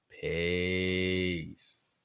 Peace